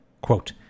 Quote